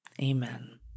Amen